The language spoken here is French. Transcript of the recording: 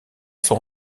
sont